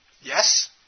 Yes